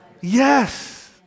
Yes